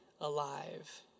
alive